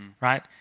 right